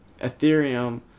Ethereum